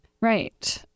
Right